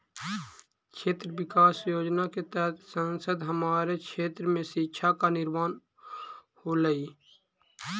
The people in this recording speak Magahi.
क्षेत्र विकास योजना के तहत संसद हमारे क्षेत्र में शिक्षा का निर्माण होलई